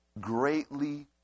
greatly